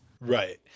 Right